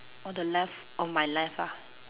on the left on my left ah